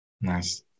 Nice